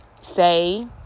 say